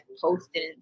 posted